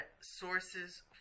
sources